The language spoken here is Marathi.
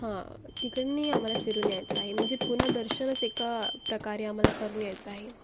तिकडनंही आम्हाला फिरून यायचं आहे म्हणजे पूना दर्शनच एका प्रकारे आम्हाला करून यायचं आहे